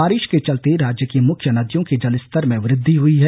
बारिश के चलते राज्य की मुख्य नदियों के जलस्तर में वृद्धि हुई है